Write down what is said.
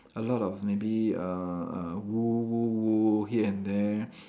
a lot of maybe uh uh !woo! !woo! !woo! here and there